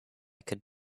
could